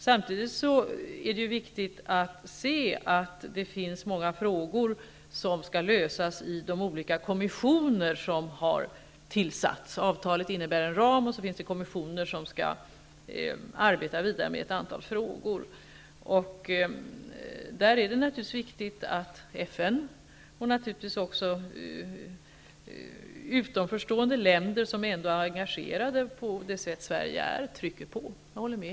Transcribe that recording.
Samtidigt är det viktigt att ha klart för sig att det är många frågor som skall lösas i de olika kommissioner som har tillsatts. Avtalet innebär en ram, och sedan finns det kommissioner som skall arbeta vidare med ett antal frågor. Där är det naturligtvis viktigt att FN och naturligtvis även utanförstående länder, som ändå är engagerade på det sätt som Sverige är, trycker på. Jag håller med